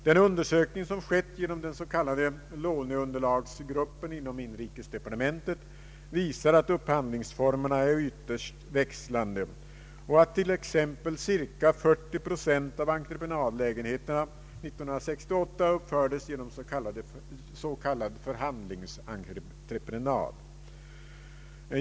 Den undersökning som skett genom den s.k, låneunderlagsgruppen inom inrikesdepartementet visar att upphandlingsformerna är ytterst växlande och att t.ex. cirka 40 procent av entreprenadlägenheterna 1968 uppfördes genom s.k. förhandlingsentreprenad.